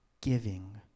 giving